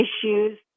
issues